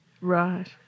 Right